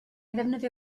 ddefnyddio